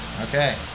Okay